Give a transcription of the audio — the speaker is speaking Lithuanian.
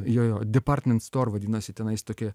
jo jo department stor vadinasi tenais tokie